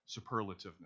superlativeness